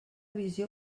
visió